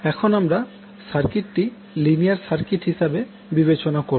এখন আমরা সার্কিটটি লিনিয়ার সার্কিট হিসেবে বিবেচনা করবো